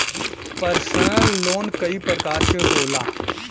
personal loan कई परकार के होला